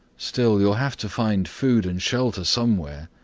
still, you'll have to find food and shelter somewhere.